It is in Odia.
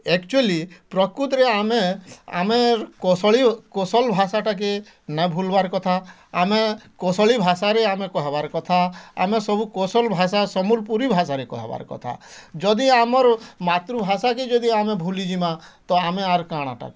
ଆକ୍ଚୁଆଲି ପ୍ରକୃତରେ ଆମେ ଆମେ କୋଶଳି କୋଶଲ୍ ଭାଷାଟା କେ ନା ଭୁଲ୍ବାର୍ କଥା ଆମେ କୋଶଳି ଭାଷାରେ ଆମେ କହିବାର୍ କଥା ଆମେ ସବୁ କୋଶଲ୍ ଭାଷା ସମ୍ବଲପୁରୀ ଭାଷାରେ କହିବାର୍ କଥା ଯଦି ଆମର୍ ମାତୃଭାଷାକେ ଯଦି ଆମେ ଭୁଲି ଜିମାଁ ତ ଆମେ ଆରା କାଣାଟା କରିମାଁ